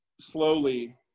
slowly